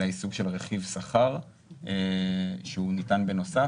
אלא היא סוג של רכיב שכר שהוא ניתן בנוסף.